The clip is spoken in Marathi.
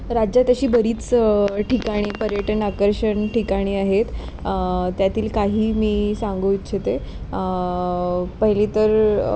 राज्यात अशी बरीच ठिकाणी पर्यटन आकर्षण ठिकाणी आहेत त्यातील काही मी सांगू इच्छिते पहिले तर